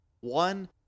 One